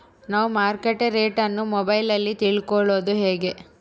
ನಾವು market rate ಅನ್ನು ಮೊಬೈಲಲ್ಲಿ ತಿಳ್ಕಳೋದು ಹೇಗೆ?